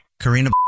Karina